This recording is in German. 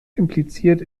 impliziert